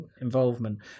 involvement